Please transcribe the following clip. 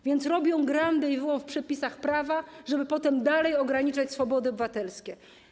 Więc robią grandę i wyłom w przepisach prawa, żeby potem dalej ograniczać swobody obywatelskie.